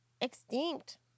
extinct